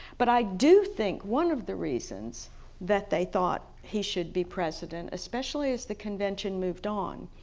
but i do think one of the reasons that they thought he should be president, especially as the convention moved on,